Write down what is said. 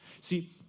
See